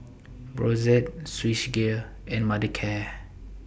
Brotzeit Swissgear and Mothercare